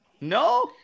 No